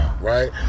Right